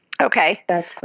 Okay